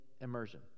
immersion